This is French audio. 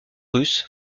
russe